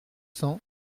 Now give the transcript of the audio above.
cents